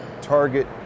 target